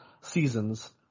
seasons